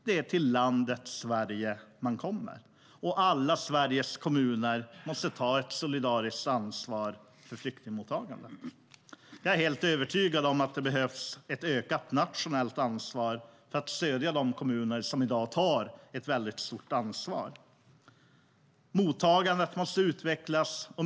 Det är till landet Sverige man kommer, och alla Sveriges kommuner måste ta ett solidariskt ansvar för flyktingmottagandet. Jag är helt övertygad om att det behövs ett ökat nationellt ansvar för att stödja de kommuner som i dag tar ett mycket stort ansvar. Mottagandet måste utvecklas.